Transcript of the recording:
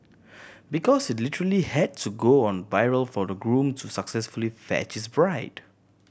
because it literally had to go on viral for the groom to successfully 'fetch' his bride